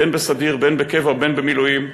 בין בסדיר, בין בקבע ובין במילואים,